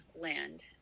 land